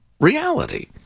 reality